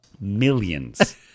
Millions